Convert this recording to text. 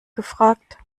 gefragt